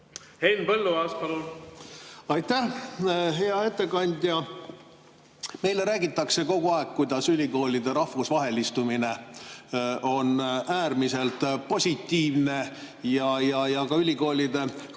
tegelikult lood on? Aitäh, hea ettekandja! Meile räägitakse kogu aeg, et ülikoolide rahvusvahelistumine on äärmiselt positiivne ja ka ülikoolide